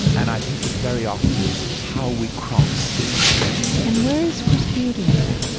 and i think that very often how we cross is the key thing and where is where is beauty in that?